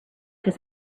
his